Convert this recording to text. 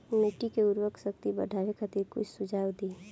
मिट्टी के उर्वरा शक्ति बढ़ावे खातिर कुछ सुझाव दी?